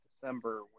December